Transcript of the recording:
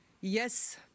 Yes